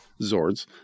Zords